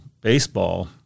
baseball